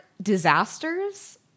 disasters